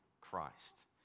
Christ